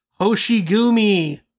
Hoshigumi